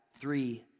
three